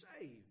saved